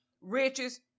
riches